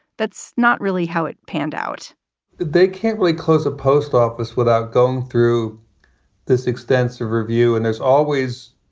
that's not really how it panned out they can't really close a post office without going through this extensive review. and there's always,